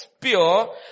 pure